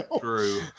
true